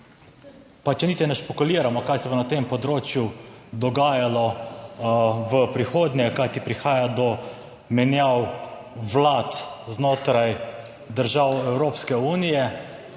Pa, če niti ne špekuliramo kaj se bo na tem področju dogajalo v prihodnje, kajti prihaja do menjav vlad znotraj držav Evropske unije,